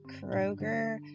Kroger